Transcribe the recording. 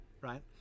right